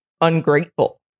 ungrateful